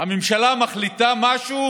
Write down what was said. שהממשלה מחליטה משהו